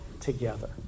together